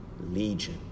legion